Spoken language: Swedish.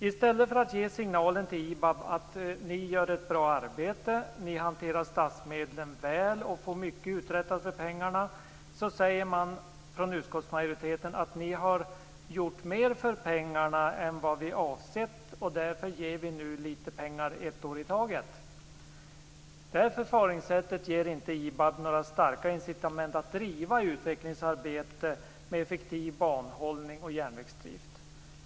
I stället för att ge signaler till IBAB om att de gör ett bra arbete, hanterar statsmedlen väl och får mycket uträttat för pengarna säger utskottsmajoriteten att IBAB har gjort mer för pengarna än vad man avsett. Därför ger man nu lite pengar ett år i taget. Detta förfaringssätt ger inte IBAB några starka incitament att driva utvecklingsarbete med effektiv banunderhåll och järnvägsdrift.